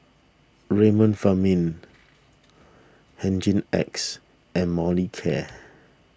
Remifemin Hygin X and Molicare